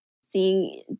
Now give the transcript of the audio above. seeing